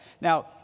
Now